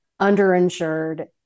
underinsured